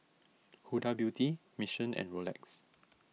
Huda Beauty Mission and Rolex